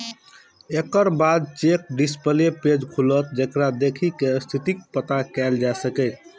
एकर बाद check display page खुलत, जेकरा देखि कें स्थितिक पता कैल जा सकैए